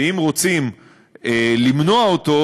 ואם רוצים למנוע אותו,